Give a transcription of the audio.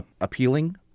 appealing